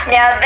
Now